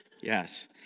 yes